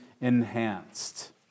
enhanced